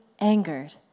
angered